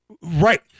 Right